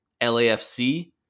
LAFC